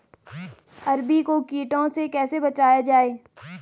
अरबी को कीटों से कैसे बचाया जाए?